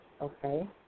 okay